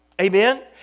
Amen